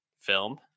film